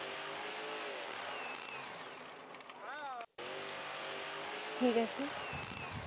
ᱴᱷᱤᱠ ᱟᱪᱪᱷᱮ